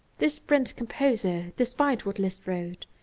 this prince-composer, despite what liszt wrote,